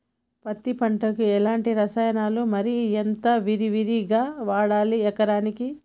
పత్తి పంటకు ఎలాంటి రసాయనాలు మరి ఎంత విరివిగా వాడాలి ఎకరాకి?